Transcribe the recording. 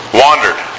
wandered